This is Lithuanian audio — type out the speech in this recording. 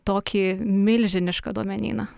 tokį milžinišką duomenyną